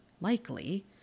likely